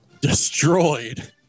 destroyed